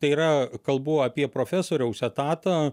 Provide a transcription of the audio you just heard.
tai yra kalbu apie profesoriaus etatą